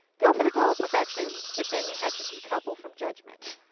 go for the goal of perfection, but then you have to decouple from judgement.